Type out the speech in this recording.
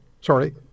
Sorry